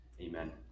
Amen